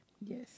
Yes